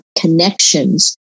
connections